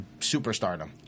superstardom